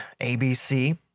ABC